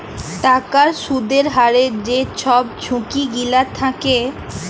টাকার সুদের হারের যে ছব ঝুঁকি গিলা থ্যাকে